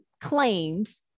claims